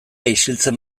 isiltzen